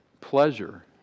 pleasure